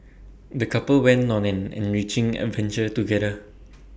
the couple went on an enriching adventure together